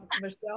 Michelle